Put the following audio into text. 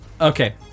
okay